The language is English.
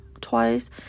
twice